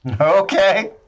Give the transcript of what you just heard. okay